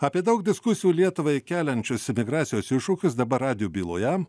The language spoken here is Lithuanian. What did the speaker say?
apie daug diskusijų lietuvai keliančius imigracijos iššūkius dabar radijo byloje